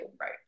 right